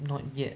not yet